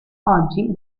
oggi